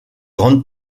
grandes